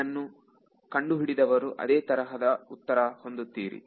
ಇದನ್ನು ಕಂಡುಹಿಡಿದವರು ಅದೇ ತರಹದ ಉತ್ತರ ಹೊಂದುತ್ತೀರಿ